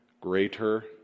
greater